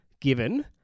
given